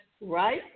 right